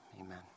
Amen